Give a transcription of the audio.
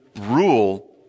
rule